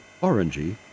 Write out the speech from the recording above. orangey